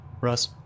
Russ